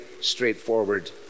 straightforward